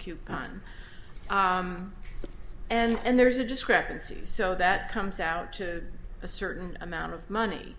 coupon and there's a discrepancy so that comes out to a certain amount of money